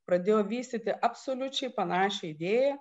pradėjo vystyti absoliučiai panašią idėją